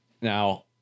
Now